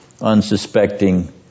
unsuspecting